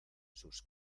sus